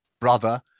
brother